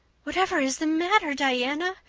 whatever is the matter, diana?